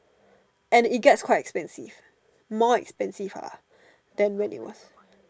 and it gets quite expensive more expensive ah then when it was